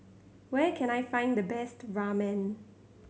where can I find the best Ramen